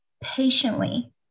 patiently